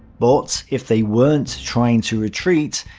but if they weren't trying to retreat,